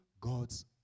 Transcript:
God's